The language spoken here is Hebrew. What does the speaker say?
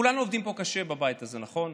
כולנו עובדים פה קשה בבית הזה, נכון?